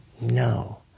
no